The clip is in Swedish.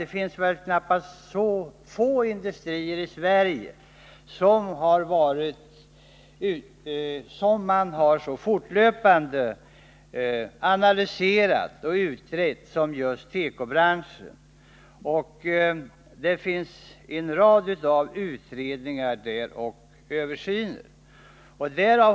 Det finns få branscher i Sverige som så har analyserats och utretts som just tekobranschen. En rad utredningar och översyner har gjorts.